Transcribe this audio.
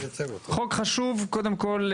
קודם כול,